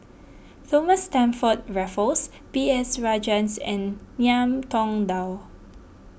Thomas Stamford Raffles B S Rajhans and Ngiam Tong Dow